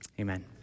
Amen